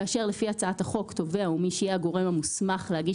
כאשר לפי הצעת החוק תובע או מי שיהיה הגורם המוסמך להגיש